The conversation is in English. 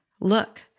Look